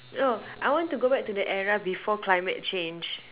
oh I want to go back to the era before climate change